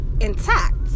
intact